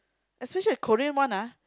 especially the Korean one ah